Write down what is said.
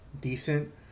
decent